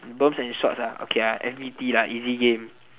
berms and shorts lah okay I m_v_p lah easy game